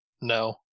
no